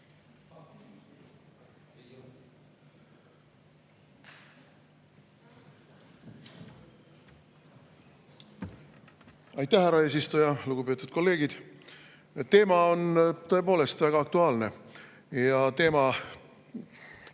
Aitäh, härra eesistuja! Lugupeetud kolleegid! Teema on tõepoolest väga aktuaalne ja teema